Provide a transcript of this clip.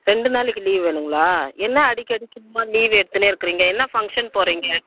ரெண்டு நாளைக்கு லீவ் வேணுங்களா என்ன அடிக்கடிக்கு சும்மா லீவ் எடுத்துன்னே இருக்கிறிங்க என்ன ஃபங்க்ஷன் போகிறீங்க